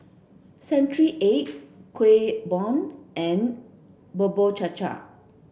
century egg Kueh Bom and Bubur Cha Cha